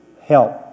help